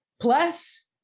plus